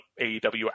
AEW